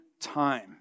time